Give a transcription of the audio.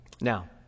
Now